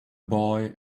boy